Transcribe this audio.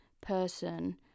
person